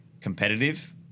competitive